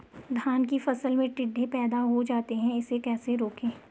धान की फसल में टिड्डे पैदा हो जाते हैं इसे कैसे रोकें?